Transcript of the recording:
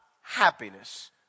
happiness